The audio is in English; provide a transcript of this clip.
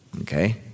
okay